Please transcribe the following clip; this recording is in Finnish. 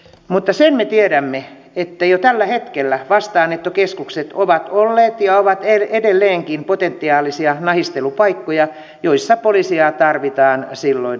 mutta sen me tiedämme että jo tällä hetkellä vastaanottokeskukset ovat olleet ja ovat edelleenkin potentiaalisia nahistelupaikkoja joissa poliiseja tarvitaan silloin tällöin